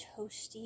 toasty